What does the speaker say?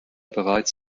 bereits